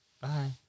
Bye